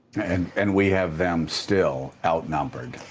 and and we have them still outnumbered.